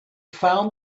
found